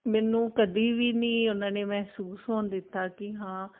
ਮੈਨੂੰ ਕਦੀ ਵੀ ਨਹੀਂ ਉਹਨਾਂ ਨੇ ਮਹਿਸੂਸ ਹੋਣ ਦਿੱਤਾ ਕਿ ਹਾਂ